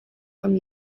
from